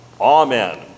Amen